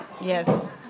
Yes